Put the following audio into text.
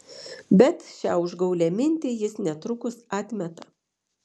bet šią užgaulią mintį jis netrukus atmeta